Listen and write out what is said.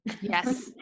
Yes